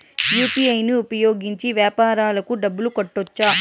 UPI ను ఉపయోగించి వ్యాపారాలకు డబ్బులు కట్టొచ్చా?